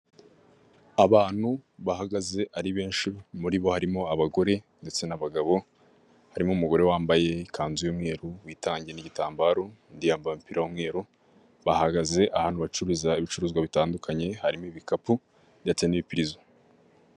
Abantu bahagaze ari benshi muri bo harimo abagore ndetse n'abagabo, harimo umugore wambaye ikanzu y'umweru witadiye n'igitambaro undi yamba umupira w'umweru, bahagaze ahantu ahantu bacuruza ibicuruzwa bitandukanye harimo, ibikapu ndetse n'ibipirizo.